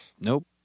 nope